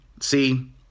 See